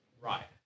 Right